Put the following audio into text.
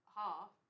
half